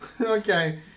Okay